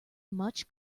much